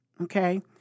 Okay